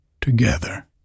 Together